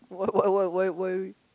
what what what why why